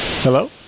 Hello